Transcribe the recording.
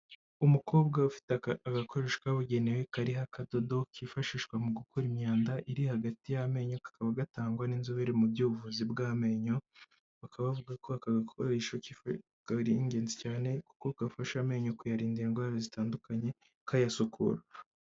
Umukobwa ufite agakoresho kabugenewe kariho akadodo, kifashishwa mu gukura imyanda iri hagati y'amenyo, kakaba gatangwa n'inzobere mu by'ubuvuzi bw'amenyo, bakaba bavuga ko aka gakoresho ari ingenzi cyane kuko gafasha amenyo kuyarinda indwara zitandukanye, kayasukura.